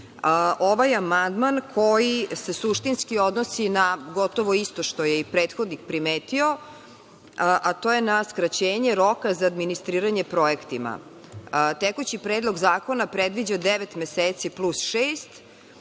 ovaj amandman koji se suštinski odnosi na gotovo isto je i prethodnik primetio, a to je na skraćenje roka za administriranje projektima. Tekući Predlog zakona predviđa devet meseci plus